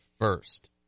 first